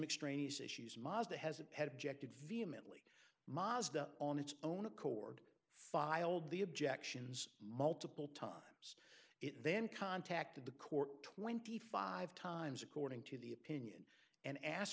extraneous issues mazda has had objected vehemently mazda on its own accord filed the objections multiple times it then contacted the court twenty five times according to the opinion and asked